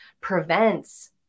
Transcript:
prevents